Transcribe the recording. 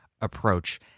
approach